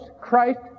Christ